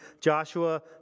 Joshua